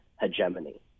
hegemony